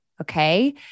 Okay